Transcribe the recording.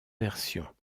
versions